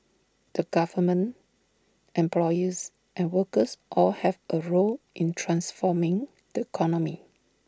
the government employers and workers all have A role in transforming the economy